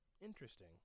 Interesting